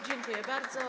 Dziękuję bardzo.